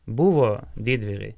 buvo didvyriai